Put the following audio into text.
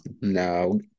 no